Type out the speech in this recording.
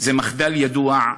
זה מחדל ידוע,